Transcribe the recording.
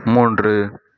மூன்று